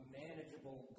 manageable